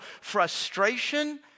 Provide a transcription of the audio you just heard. frustration